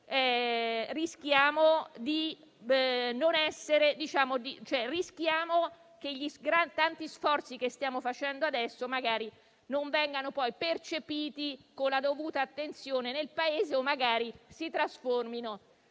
rischiamo che i tanti sforzi che stiamo facendo adesso non vengano percepiti con la dovuta attenzione nel Paese, o magari si trasformino